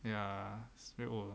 ya it's very old